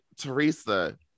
Teresa